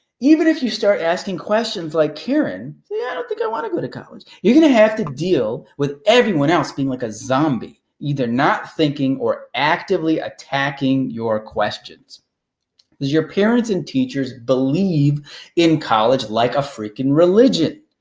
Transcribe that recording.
even if you start asking questions like karen, i yeah don't think i want to go to college, you're gonna have to deal with everyone else being like a zombie, either not thinking or actively attacking your questions. cause your parents and teachers believe in college like a freaking religion.